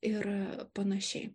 ir panašiai